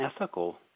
ethical